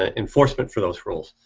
ah enforcement for those rules